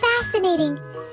fascinating